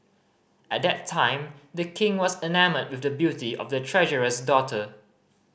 at that time The King was enamoured with the beauty of the treasurer's daughter